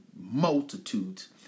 multitudes